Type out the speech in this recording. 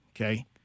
Okay